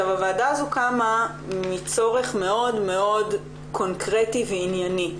הוועדה הזאת קמה מצורך מאוד מאוד קונקרטי וענייני,